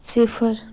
सिफर